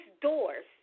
doors